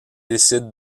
décident